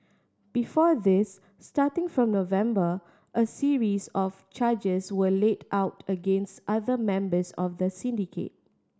before this starting from November a series of charges were laid out against other members of the syndicate